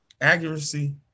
accuracy